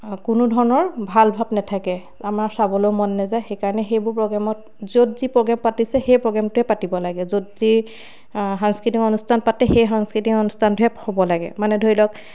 কোনো ধৰণৰ ভাল ভাব নাথাকে আমাৰ চাবলৈও মন নাজায় সেইকাৰণে সেইবোৰ প্ৰগ্ৰেমত য'ত যি প্ৰগ্ৰেম পাতিছে সেই প্ৰগ্ৰেমটোৱে পাতিব লাগে য'ত যি সাংস্কৃতিক অনুষ্ঠান পাতে সেই সাংস্কৃতিক অনুষ্ঠানটোহে হ'ব লাগে মানে ধৰি লওক